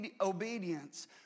obedience